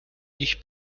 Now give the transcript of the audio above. ich